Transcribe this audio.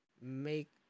make